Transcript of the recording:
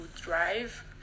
drive